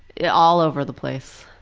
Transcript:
yeah all over the place.